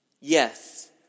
Yes